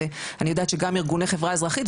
ואני יודעת שגם ארגוני חברה אזרחית,